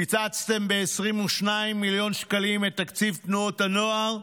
קיצצתם ב-22 מיליון שקלים את תקציב תנועות הנוער,